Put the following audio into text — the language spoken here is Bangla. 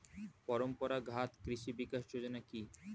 পরম্পরা ঘাত কৃষি বিকাশ যোজনা কি?